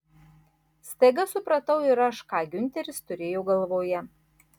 staiga supratau ir aš ką giunteris turėjo galvoje